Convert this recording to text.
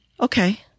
Okay